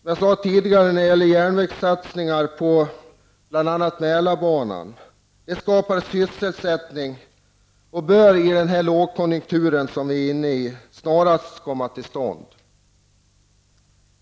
Som jag tidigare sade skapar järnvägssatsningar på bl.a. Mälarbanan sysselsättning och bör i den lågkonjunktur som vi nu är inne i snarast komma till stånd.